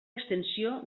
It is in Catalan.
extensió